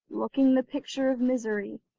looking the picture of misery.